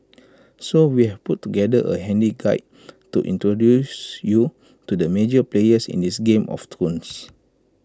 so we've put together A handy guide to introduce you to the major players in this game of thrones